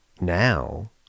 Now